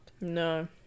No